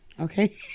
Okay